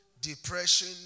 depression